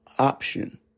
option